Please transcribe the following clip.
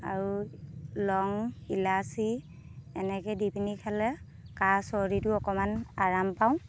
আৰু লং ইলাচী এনেকেই দি পিনি খালে কাঁহ চৰ্দীটো অকণমান আৰাম পাওঁ